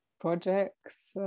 projects